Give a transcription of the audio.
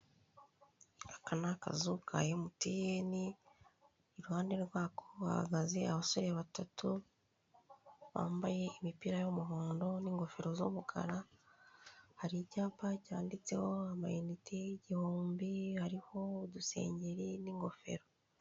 Aka n’ akazu ka mtn, iruhande rwako hahagaze abasore batatu bambaye imipira yumuhondo n'ingofero z'umukara, hari icyapa cyanditseho ama uniti igihumbi, hariho udusengeri n'ingofero.